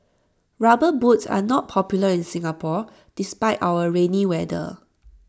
rubber boots are not popular in Singapore despite our rainy weather